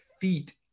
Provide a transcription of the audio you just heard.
feet